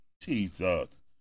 Jesus